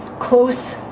close